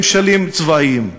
ממשלים צבאיים.